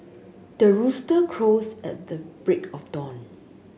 the rooster crows at the break of dawn